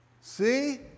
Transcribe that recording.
see